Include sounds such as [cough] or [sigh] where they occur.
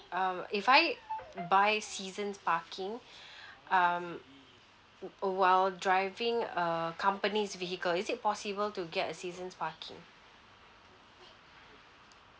err if I buy seasons parking [breath] um o~ while driving a company's vehicle is it possible to get a seasons parking